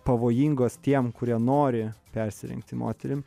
pavojingos tiem kurie nori persirengti moterim